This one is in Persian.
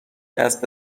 دست